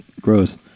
gross